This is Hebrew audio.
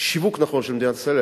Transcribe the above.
שיווק נכון של מדינת ישראל,